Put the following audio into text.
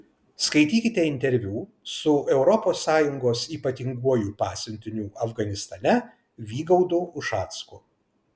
skaitykite interviu su europos sąjungos ypatinguoju pasiuntiniu afganistane vygaudu ušacku